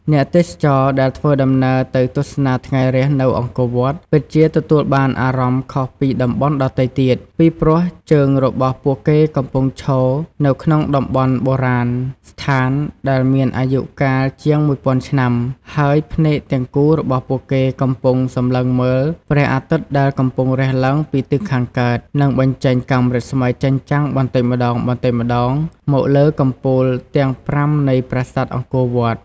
អ្នកទេសចរណ៍ដែលធ្វើដំណើរទៅទស្សនាថ្ងៃរះនៅអង្គរវត្ត ពិតជាទទួលបានអារម្មណ៍ខុសពីតំបន់ដទៃទៀត ពីព្រោះ ជើងរបស់ពួកគេកំពុងឈរនៅក្នុងតំបន់បុរាណស្ថានដែលមានអាយុកាលជាង១ពាន់ឆ្នាំ ហើយភ្នែកទាំងគូរបស់ពួកគេកំពុងសម្លឹងមើលព្រះអាទិត្យដែលកំពុងរះឡើងពីទិសខាងកើត និងបញ្ចេញកាំរស្មីចែងចាំងបន្តិចម្តងៗមកលើកំពូលទាំងប្រាំនៃប្រាសាទអង្គរវត្ត។